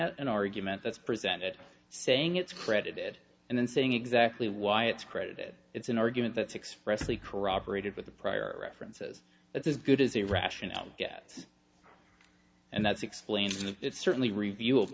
at an argument that's presented saying it's credited and then saying exactly why it's credit it's an argument that's expressly corroborated with the prior references that's as good as the rationale gets and that's explained it's certainly review